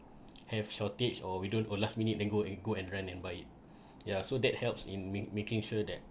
have shortage or we don't or last minute then go and go and run and buy it yeah so that helps in mak~ making sure that